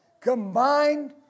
combined